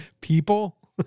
people